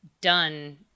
done